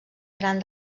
gran